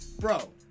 bro